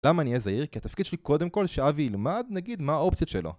למה אני אזהיר? כי התפקיד שלי קודם כל שאבי ילמד נגיד מה האופציות שלו